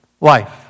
life